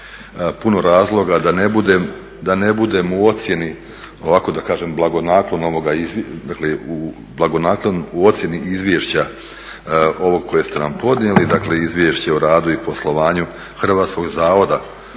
puno razloga da ne budem u ocjeni ovako da kažem, blagonaklon u ocjeni izvješća ovog kojeg ste nam podnijeli, dakle izvješće o radu i poslovanju Hrvatskog zavoda,